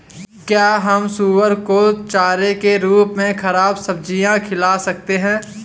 क्या हम सुअर को चारे के रूप में ख़राब सब्जियां खिला सकते हैं?